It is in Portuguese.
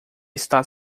está